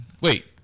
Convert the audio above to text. Wait